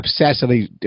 obsessively